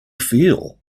feel